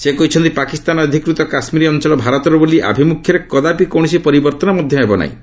ସେ କହିଛନ୍ତି ପାକିସ୍ତାନ ଅଧିକୃତ କାଶ୍ମୀର ଅଞ୍ଚଳ ଭାରତର ବୋଲି ଆଭିମୁଖ୍ୟରେ କଦାପି କୌଣସି ପରିବର୍ତ୍ତନ ହେବ ନାହିଁ